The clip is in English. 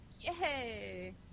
Yay